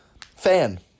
fan